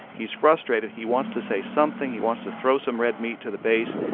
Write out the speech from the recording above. he's frustrated. he wants to say something. he wants to throw some red meat to the base.